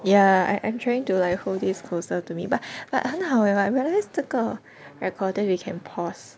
yeah I am trying to like hold this closer to me but but 很好 leh [what] 我 realised 这个 recorder we can pause